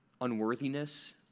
Unworthiness